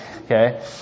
okay